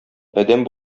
адәм